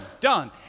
Done